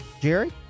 Jerry